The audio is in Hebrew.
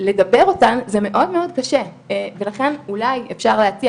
לדבר אותם זה מאוד מאוד קשה ולכן אולי אפשר להציע,